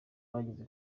bageze